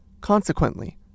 Consequently